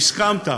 והסכמת,